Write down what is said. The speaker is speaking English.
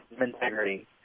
integrity